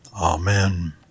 Amen